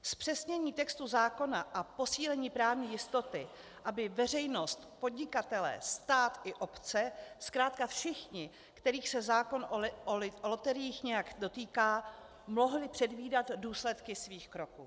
Zpřesnění textu zákona a posílení právní jistoty, aby veřejnost, podnikatelé, stát i obce, zkrátka všichni, kterých se zákon o loteriích nějak dotýká, mohli předvídat důsledky svých kroků.